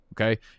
Okay